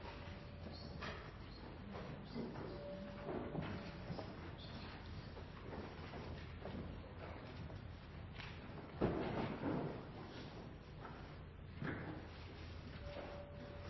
Olsen